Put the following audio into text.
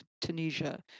Tunisia